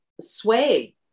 sway